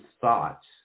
thoughts